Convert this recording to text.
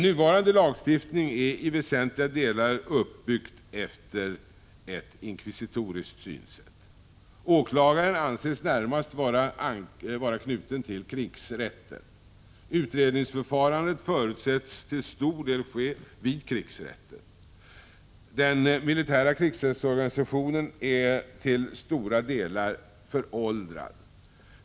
Nuvarande lagstiftning är i väsentliga delar uppbyggd efter ett inkvisitoriskt synsätt. Åklagaren anses närmast vara knuten till krigsrätten. Utredningsförfarandet förutsätts till stor del ske vid krigsrätten. Den militära krigsrättsorganisationen är till stora delar föråldrad.